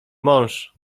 mąż